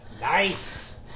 Nice